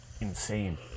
insane